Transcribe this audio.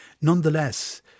nonetheless